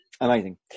amazing